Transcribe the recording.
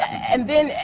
and then,